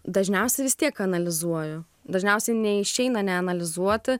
dažniausiai vis tiek analizuoju dažniausiai neišeina neanalizuoti